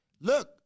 Look